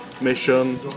mission